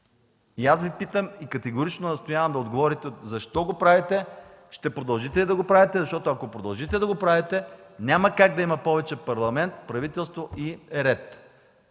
Аз Ви питам и категорично настоявам да отговорите защо го правите, ще продължите ли да го правите? Ако продължите да го правите, няма как да има повече Парламент, правителство и ред.